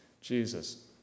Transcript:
Jesus